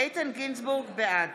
בעד